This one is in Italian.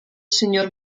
signor